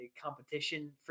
competition